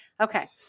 Okay